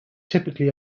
typically